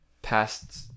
Past